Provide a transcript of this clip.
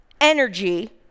energy